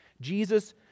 Jesus